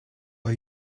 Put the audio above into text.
are